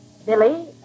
Billy